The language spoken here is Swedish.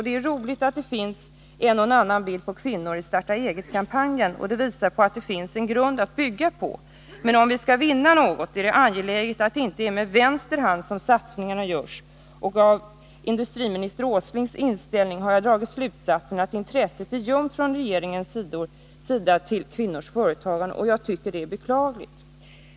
Det är roligt att det finns en och annan bild av kvinnori Starta eget-kampanjen. Det visar att det finns en grund att bygga på. Men om vi skall vinna något är det angeläget att satsningarna inte görs med vänster hand. Av industriminister Åslings inställning har jag dragit slutsatsen att intresset är ljumt från regeringens sida till kvinnligt företagande, och jag tycker att det är beklagligt.